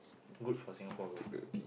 good for Singapore bro